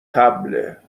طبله